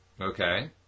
Okay